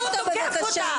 תצא החוצה.